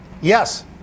Yes